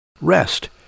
Rest